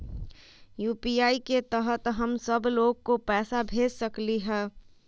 UPI के तहद हम सब लोग को पैसा भेज सकली ह?